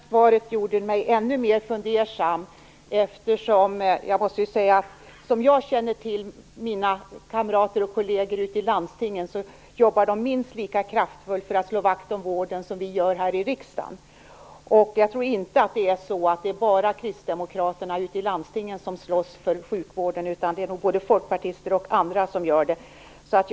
Fru talman! Detta svar gjorde mig ännu mer fundersam. Som jag känner mina kamrater och kolleger ute i landstingen jobbar de minst lika kraftfullt för att slå vakt om vården som vi gör här i riksdagen. Jag tror inte att det bara är kristdemokraterna som slåss för sjukvården ute i landstingen, utan det finns både folkpartister och andra som gör det.